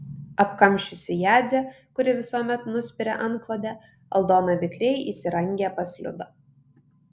apkamšiusi jadzę kuri visuomet nuspiria antklodę aldona vikriai įsirangę pas liudą